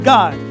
God